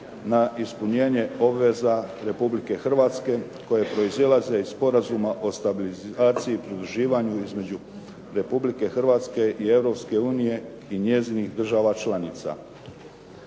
na ispunjenje obveza Republike Hrvatske koje proizlaze iz sporazuma o stabilizaciji i pridruživanju između Republike Hrvatske i Europske unije i njezinih država članica.